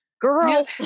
girl